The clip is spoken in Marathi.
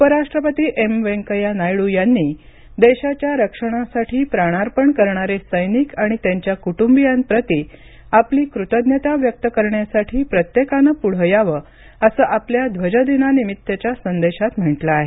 उपराष्ट्रपती एम व्यंकय्या नायडू यांनी देशाच्या रक्षणासाठी प्राणार्पण करणारे सैनिक आणि त्यांच्या कुटुंबियांप्रति आपली कृतज्ञता व्यक्त करण्यासाठी प्रत्येकानं पुढे यावं असं आपल्या ध्वजदिनानिमित्तच्या संदेशात म्हटलं आहे